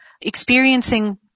experiencing